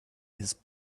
his